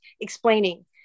explaining